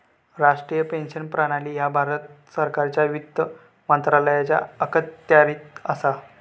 राष्ट्रीय पेन्शन प्रणाली ह्या भारत सरकारच्या वित्त मंत्रालयाच्या अखत्यारीत असा